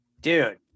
Dude